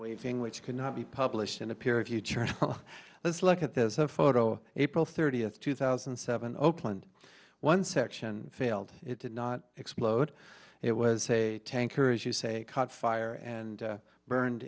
waving which cannot be published in a peer a future let's look at this photo april thirtieth two thousand and seven oakland one section failed it did not explode it was a tanker as you say caught fire and burned